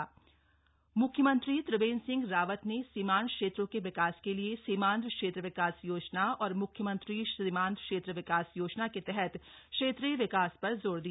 CM ITBP म्ख्यमंत्री त्रिवेंद्र सिंह रावत ने सीमांत क्षेत्रों के विकास के लिए सीमांत क्षेत्र विकास योजना और म्ख्यमंत्री सीमांत क्षेत्र विकास योजना के तहत क्षेत्रीय विकास पर जोर दिया